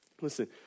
Listen